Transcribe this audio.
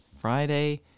Friday